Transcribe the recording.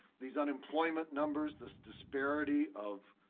these unemployment numbers this disparity of